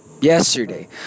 yesterday